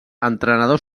entrenador